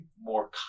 more